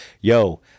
yo